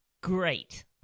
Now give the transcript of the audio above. Great